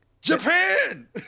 Japan